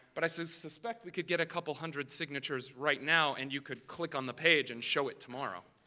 but i suspect we could get a couple hundred signatures right now and you could click on the page and show it tomorrow.